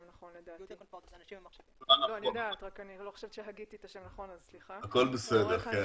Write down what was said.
'אנשים ומחשבים', שלום לך.